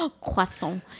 croissant